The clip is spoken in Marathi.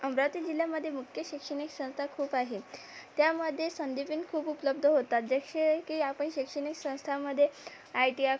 अमरावती जिल्ह्यामध्ये मुख्य शैक्षणिक संस्था खूप आहेत त्यामध्ये संधी पण खूप उपलब्ध होतात जसे की आपण शैक्षणिक संस्थांमध्ये आय टी आय